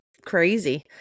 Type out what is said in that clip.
crazy